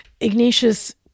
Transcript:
Ignatius